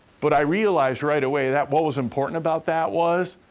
but i realized right away that what was important about that was.